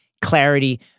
Clarity